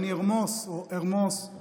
אני ארמוס את